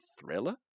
thriller